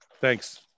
Thanks